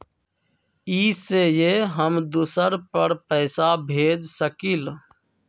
इ सेऐ हम दुसर पर पैसा भेज सकील?